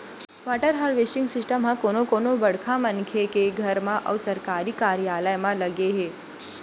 water harvesting system ह कोनो कोनो बड़का मनखे के घर म अउ सरकारी कारयालय म लगे हे